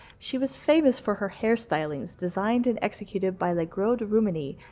she was famous for her hair stylings, designed and executed by legros de rumigny,